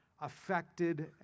affected